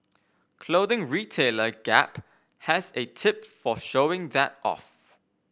clothing retailer Gap has a tip for showing that off